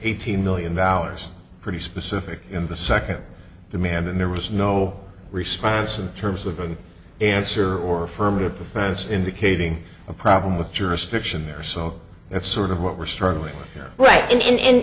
eighteen million dollars pretty specific in the second demand and there was no response in terms of an answer or affirmative defense indicating a problem with jurisdiction there so that's sort of what we're struggling right in and